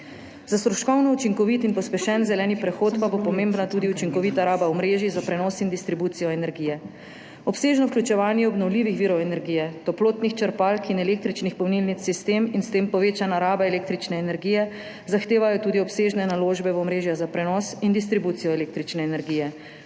Za stroškovno učinkovit in pospešen zeleni prehod pa bo pomembna tudi učinkovita raba omrežij za prenos in distribucijo energije. Obsežno vključevanje obnovljivih virov energije, toplotnih črpalk in električnih polnilnic v sistem in s tem povečana raba električne energije zahtevajo tudi obsežne naložbe v omrežje za prenos in distribucijo električne energije.